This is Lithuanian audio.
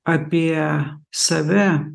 apie save